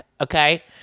okay